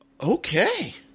Okay